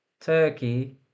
Turkey